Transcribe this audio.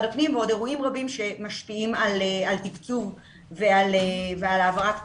אירועים שמשפיעים על תקצוב ועל העברת כספים,